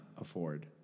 afford